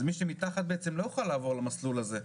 אז מי שמתחת בעצם לא יכול לעבור למסלול הזה.